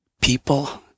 people